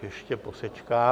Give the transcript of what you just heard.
Ještě posečkám.